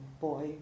boy